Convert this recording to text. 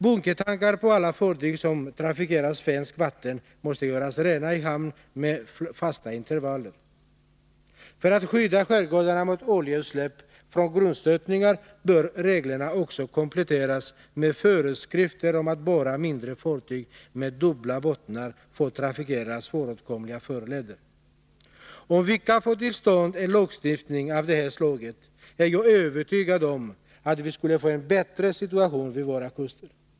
Bunkertankar på alla fartyg som trafikerar svenskt vatten måste göras rena i hamn med fasta intervaller. För att skydda skärgårdarna mot oljeutsläpp från grundstötningar bör reglerna också kompletteras med föreskrifter om att bara mindre fartyg med dubbla bottnar får trafikera svårframkomliga farleder. Om vi kan få till stånd en lagstiftning av det här slaget är jag övertygad om att vi skulle få en bättre situation vid våra kuster.